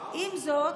עם זאת,